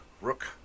Rook